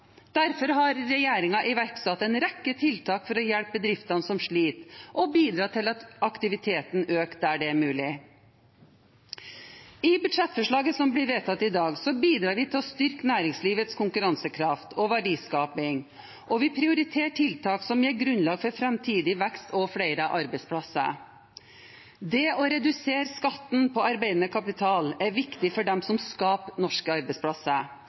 iverksatt en rekke tiltak for å hjelpe bedrifter som sliter, og for å bidra til at aktiviteten øker der det er mulig. I budsjettforslaget som blir vedtatt i dag, bidrar vi til å styrke næringslivets konkurransekraft og verdiskaping, og vi prioriterer tiltak som gir grunnlag for framtidig vekst og flere arbeidsplasser. Det å redusere skatten på arbeidende kapital er viktig for dem som skaper norske arbeidsplasser,